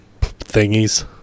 thingies